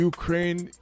Ukraine